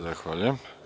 Zahvaljujem.